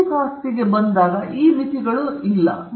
ಬೌದ್ಧಿಕ ಆಸ್ತಿ ಹಕ್ಕುಗಳಿಗೆ ಬಂದಾಗ ಈ ಮಿತಿಗಳು ಇಲ್ಲ